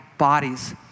bodies